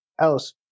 else